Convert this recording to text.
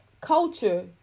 culture